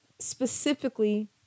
specifically